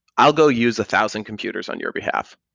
i'll go use a thousand computers on your behalf.